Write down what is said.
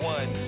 One